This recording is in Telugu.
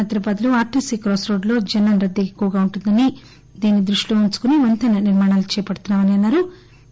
హైదరాబాద్లో ఆర్టీసీ క్రాస్ రోడ్డులో జనం రద్దీ ఎక్కువగా ఉంటుందని దీనిని దృష్టిలో ఉంచుకొని వంతెన నిర్మాణాలు చేపడుతున్నామని అన్నారు